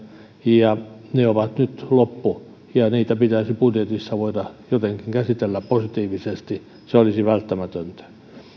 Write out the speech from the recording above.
ja ne ovat nyt loppu niitä pitäisi budjetissa voida jotenkin käsitellä positiivisesti se olisi välttämätöntä